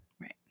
Right